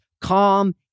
calm